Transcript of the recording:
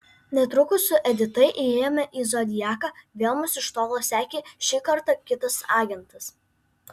netrukus su edita ėjome į zodiaką vėl mus iš tolo sekė šį kartą kitas agentas